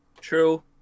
True